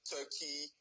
Turkey